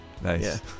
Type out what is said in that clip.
nice